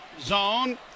zone